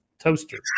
toaster